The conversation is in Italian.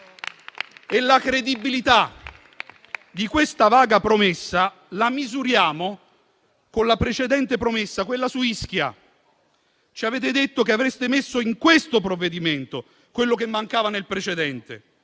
La credibilità di questa vaga promessa la misuriamo con la precedente promessa, quella su Ischia: ci avete detto che avreste messo in questo provvedimento quello che mancava nel precedente,